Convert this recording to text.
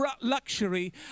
luxury